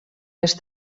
les